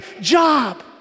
job